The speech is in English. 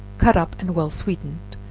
cut up and well sweetened,